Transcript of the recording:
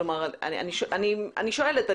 אני שואלת,